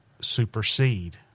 supersede